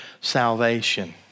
salvation